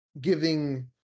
giving